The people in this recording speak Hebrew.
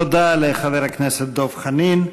תודה לחבר הכנסת דב חנין.